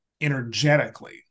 energetically